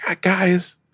Guys